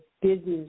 business